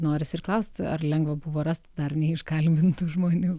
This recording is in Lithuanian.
norisi ir klaust ar lengva buvo rast dar neiškalbintų žmonių